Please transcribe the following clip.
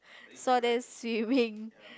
saw them swimming